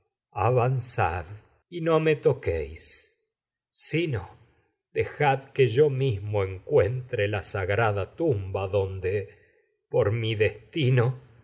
padre avanzad encuentre me to quéis sino dejad tumba que yo mismo la sagrada en donde por mi destino